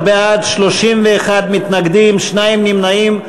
12 בעד, 31 מתנגדים, שניים נמנעים.